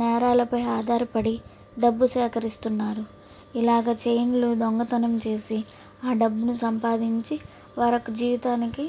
నేరాలపై ఆధారపడి డబ్బు సేకరిస్తున్నారు ఇలాగ చైన్లు దొంగతనం చేసి ఆ డబ్బును సంపాధించి వారొక జీవితానికి